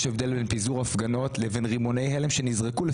יש הבדל בין פיזור הפגנות לבין רימוני הלם שנזרקו,